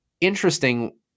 interesting